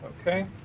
Okay